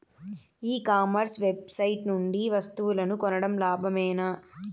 E commerce website నుండి వస్తువులు కొనడం లాభమేనా?